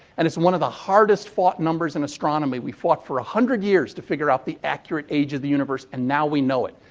and it's one of the hardest fought numbers in astronomy. we fought for one hundred years to figure out the accurate age of the universe and now we know it.